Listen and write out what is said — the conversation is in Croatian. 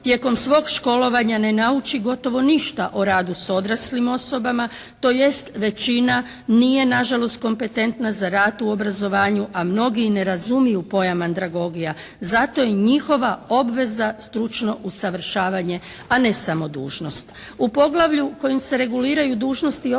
tijekom svog školovanja ne nauči gotovo ništa o radu sa odraslim osobama tj. većina nije nažalost kompetentna za rad u obrazovanju, a mnogi i ne razumiju pojam andragogija. Zato je i njihova obveza stručno usavršavanje a ne samo dužnost. U poglavlju kojim se reguliraju dužnosti i obveze